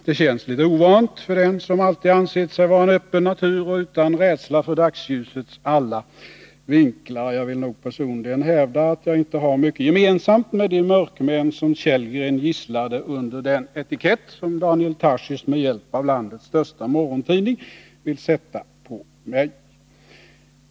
Det känns litet ovant för den som alltid ansett sig vara en öppen natur och utan rädsla för dagsljusets alla vinklar. Jag vill nog personligen hävda att jag inte har mycket gemensamt med de mörkmän som Kellgren gisslade under den etikett som Daniel Tarschys med hjälp av landets största morgontidning vill sätta på mig.